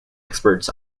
experts